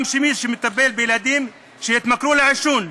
וגם כמי שמטפל בילדים שהתמכרו לעישון,